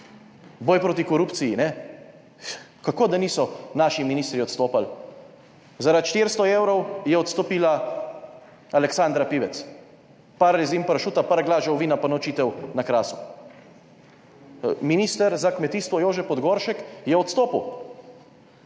Boj proti korupciji, kako, da niso naši ministri odstopali? Zaradi 400 evrov je odstopila Aleksandra Pivec. Par rezin pršuta, par glažev vina, pa nočitev na Krasu. Minister za kmetijstvo Jože Podgoršek je odstopil,